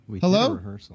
Hello